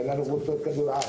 אין לנו קבוצות כדורעף.